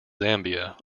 zambia